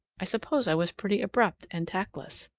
i suppose i was pretty abrupt and tactless.